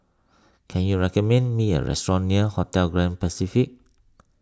can you recommend me a restaurant near Hotel Grand Pacific